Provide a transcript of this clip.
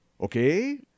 Okay